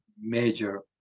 major